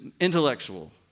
intellectual